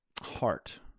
heart